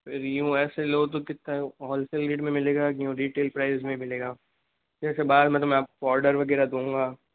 यूं ऐसे लो तो कितना होल सेल रेट में मिलेगा कि रिटैल प्राइज़ में मिलेगा ऐसे बाद में तो आप को ऑर्डर वग़ैरह दूँगा